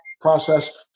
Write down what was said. process